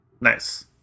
nice